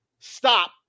Stop